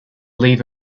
leave